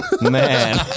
man